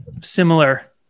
similar